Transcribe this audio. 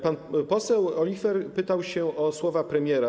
Pan poseł Olichwer pytał o słowa premiera.